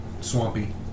swampy